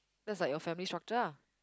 that's like your family structure ah